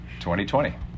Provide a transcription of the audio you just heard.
2020